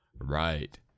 Right